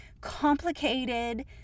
complicated